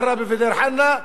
ערבה ודיר-חנא,